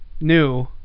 new